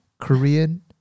korean